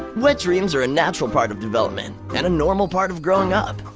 wet dreams are a natural part of development and a normal part of growing up,